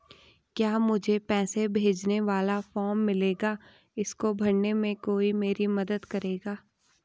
क्या मुझे पैसे भेजने वाला फॉर्म मिलेगा इसको भरने में कोई मेरी मदद करेगा?